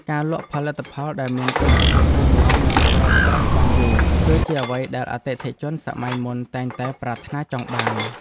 ការលក់ផលិតផលដែលមានគុណភាពរឹងមាំនិងប្រើប្រាស់បានយូរ គឺជាអ្វីដែលអតិថិជនសម័យមុនតែងតែប្រាថ្នាចង់បាន។